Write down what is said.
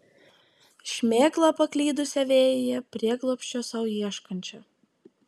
šmėklą paklydusią vėjyje prieglobsčio sau ieškančią